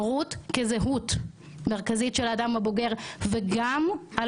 הורות כזהות מרכזית של האדם הבוגר וגם על